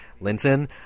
linton